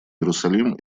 иерусалим